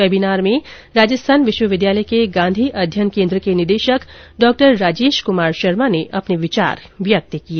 webinar में राजस्थान विश्वविद्यालय के गांधी अध्ययन केन्द्र के निदेशक डॉ राजेश क्मार शर्मा अपने विचार व्यक्त किए